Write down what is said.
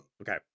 Okay